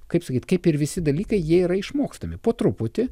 kaip sakyt kaip ir visi dalykai jie yra išmokstami po truputį